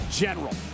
general